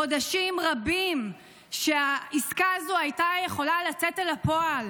חודשים רבים שהעסקה הזו הייתה יכולה לצאת אל הפועל.